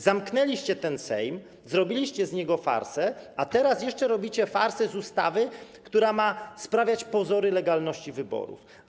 Zamknęliście Sejm, zrobiliście z niego farsę, a teraz jeszcze robicie farsę z ustawy, która ma sprawiać pozory legalności wyborów.